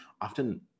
often